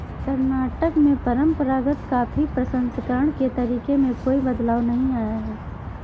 कर्नाटक में परंपरागत कॉफी प्रसंस्करण के तरीके में कोई बदलाव नहीं आया है